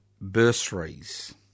bursaries